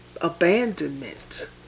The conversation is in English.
abandonment